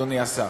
אדוני השר.